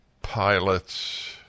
Pilots